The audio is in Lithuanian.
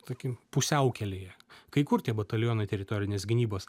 tarkim pusiaukelėje kai kur tie batalionai teritorinės gynybos